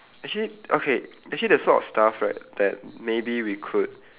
actually okay actually there's a lot of stuff right that maybe we could